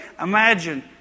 Imagine